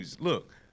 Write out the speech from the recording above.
Look